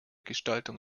gestaltung